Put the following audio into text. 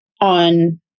on